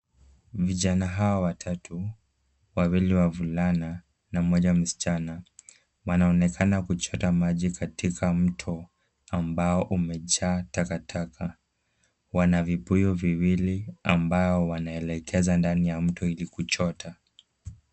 Vijana hawa watatu, wawili wavulana na mmoja msichana, wanaonekana kuchota maji katika mto, ambao umejaa takataka. Wana vibuyu viwili ambaozo wanaelekeza ndani ya mto ili kuchota.